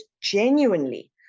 genuinely